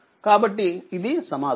కాబట్టి ఇది సమాధానం